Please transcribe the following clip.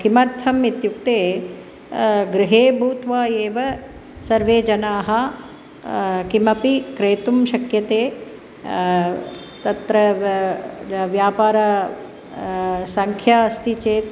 किमर्थम् इत्युक्ते गृहे भूत्वा एव सर्वे जनाः किमपि क्रेतुं शक्यते तत्र व व् व्यापारसङ्ख्या अस्ति चेत्